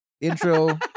intro